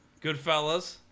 Goodfellas